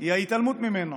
היא ההתעלמות ממנו